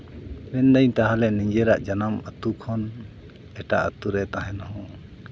ᱢᱮᱱᱫᱟᱹᱧ ᱛᱟᱦᱚᱞᱮ ᱱᱤᱡᱮᱨᱟᱜ ᱡᱟᱱᱟᱢ ᱟᱛᱳ ᱠᱷᱚᱱ ᱮᱴᱟᱜ ᱟᱛᱳᱨᱮ ᱛᱟᱦᱮᱱ ᱦᱚᱸ